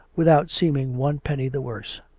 without seeming one penny the worse.